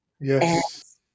Yes